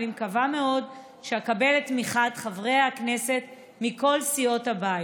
ואני מקווה מאוד שאקבל את תמיכת חברי הכנסת מכל סיעות הבית,